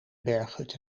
berghut